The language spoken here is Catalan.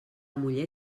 muller